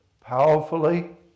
powerfully